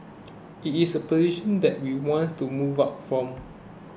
it is a position that we wants to move up from